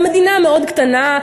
והמדינה מאוד קטנה,